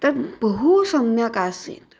तद् बहु सम्यक् आसीत्